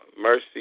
mercy